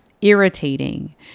irritating